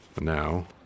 Now